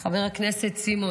אינו נוכח, חבר הכנסת מאיר כהן,